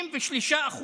63%,